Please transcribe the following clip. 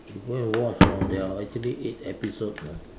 you go and watch you know there are actually eight episodes know